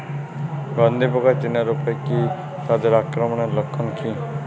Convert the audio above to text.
গন্ধি পোকা চেনার উপায় কী তাদের আক্রমণের লক্ষণ কী?